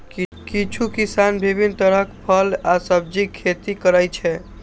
किछु किसान विभिन्न तरहक फल आ सब्जीक खेती करै छै